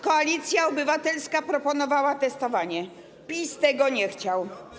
Koalicja Obywatelska proponowała testowanie, ale PiS tego nie chciał.